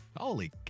Holy